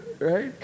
right